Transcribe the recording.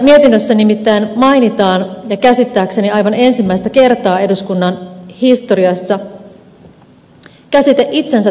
mietinnössä nimittäin mainitaan ja käsittääkseni aivan ensimmäistä kertaa eduskunnan historiassa käsite itsensä työllistävät